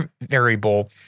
variable